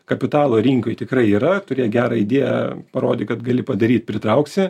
kapitalo rinkoj tikrai yra turėk gerą idėją parodyk kad gali padaryt pritrauksi